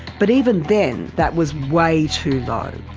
but even then that was way too low.